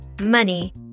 money